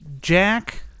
Jack